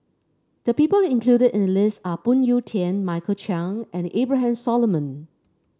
the people included in list are Phoon Yew Tien Michael Chiang and Abraham Solomon